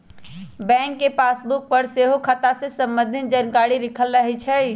bank के passbook पर सेहो खता से संबंधित जानकारी लिखल रहै छइ